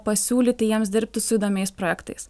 pasiūlyti jiems dirbti su įdomiais projektais